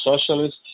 socialist